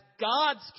God's